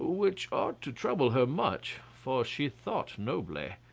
which ought to trouble her much, for she thought nobly.